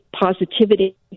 positivity